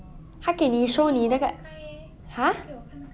他给你 show 你那个 !huh!